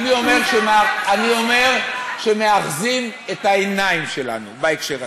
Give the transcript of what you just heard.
אני אומר שמאחזים את העיניים שלנו בהקשר הזה,